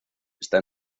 está